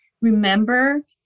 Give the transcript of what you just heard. remember